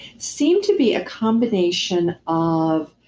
seemed to be a combination of